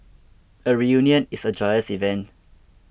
a reunion is a joyous event